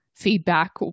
Feedback